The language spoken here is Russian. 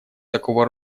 такого